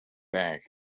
back